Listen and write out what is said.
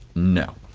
no,